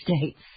states